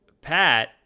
Pat